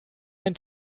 ein